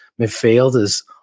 midfielders